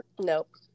Nope